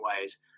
ways